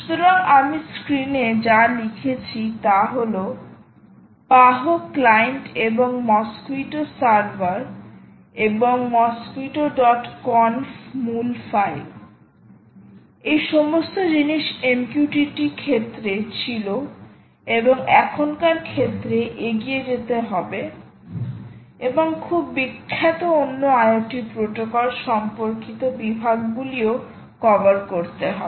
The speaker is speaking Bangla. সুতরাং আমি স্ক্রিনে যা লিখেছি তা হল পাহো ক্লায়েন্ট এবং মসকুইটো সার্ভার এবং মসকুইটোকনফmosquitoconf মূল ফাইল এই সমস্ত জিনিস MQTT ক্ষেত্রে ছিল এবং এখনকার ক্ষেত্রে এগিয়ে যেতে হবে এবং খুব বিখ্যাত অন্য IoT প্রোটোকল সম্পর্কিত বিভাগগুলিও কভার করতে হবে